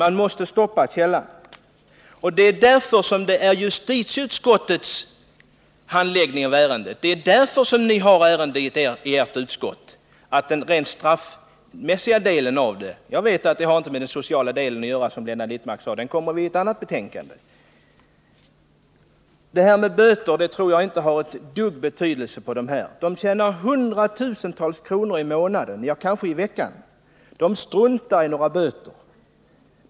Vi måste stoppa källan. Det är därför som justitieutskottet har att handlägga sådana ärenden. Det gäller alltså den rent straffrättsliga delen. Jag vet att det inte har med den sociala delen att göra, som Blenda Littmarck sade. Den delen behandlas i ett annat betänkande. Jag tror inte att det här med böter har den ringaste betydelse för dem som sysslar med den här hanteringen. De tjänar hundratusentals kronor i månaden — ja, kanske i veckan. De struntar i om de åläggs att betala böter.